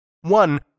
One